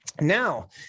Now